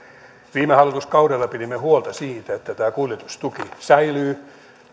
viime hallituskaudella pidimme huolta siitä että tämä kuljetustuki säilyy